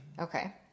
Okay